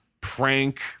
prank